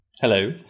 hello